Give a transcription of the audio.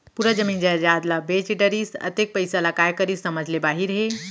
पूरा जमीन जयजाद ल बेच डरिस, अतेक पइसा ल काय करिस समझ ले बाहिर हे